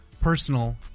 personal